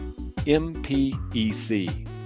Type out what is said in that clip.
mpec